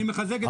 אני מחזק.